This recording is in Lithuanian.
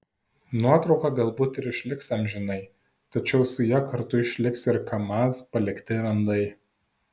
nuotrauka galbūt ir išliks amžinai tačiau su ja kartu išliks ir kamaz palikti randai